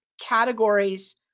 categories